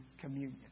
communion